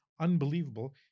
unbelievable